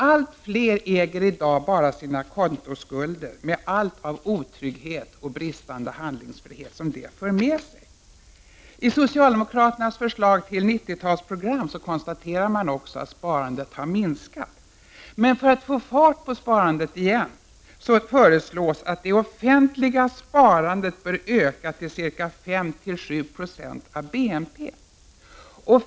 Allt fler äger i dag bara sina kontoskulder med allt av otrygghet och bristande handlingsfrihet det för med sig. I socialdemokraternas förslag till 90-talsprogram konstaterar man också att sparandet har minskat. För att få fart på sparandet igen föreslås att det offentliga sparandet bör öka till ca 5-7 26 av BNP.